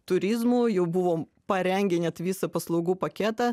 turizmu jau buvom parengę net visą paslaugų paketą